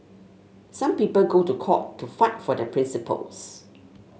some people go to court to fight for their principles